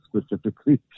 Specifically